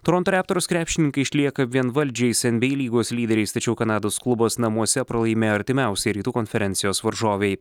toronto raptors krepšininkai išlieka vienvaldžiais nba lygos lyderiais tačiau kanados klubas namuose pralaimėjo artimiausiai rytų konferencijos varžovei